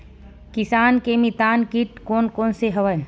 किसान के मितान कीट कोन कोन से हवय?